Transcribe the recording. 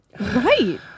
right